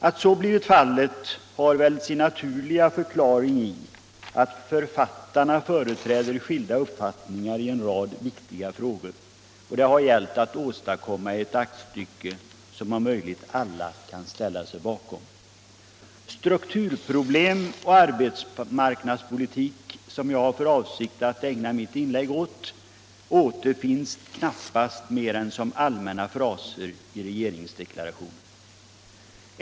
Att så blivit fallet har väl sin naturliga förklaring i att författarna företräder skilda uppfattningar i en rad viktiga frågor. Det har gällt att åstadkomma ett aktstycke som alla kan ställa sig bakom. Strukturproblem och arbetsmarknadspolitik, som jag har för avsikt att ägna mitt inlägg åt, återfinns knappast som mer än allmänna fraser i regeringsdeklarationen.